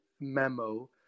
memo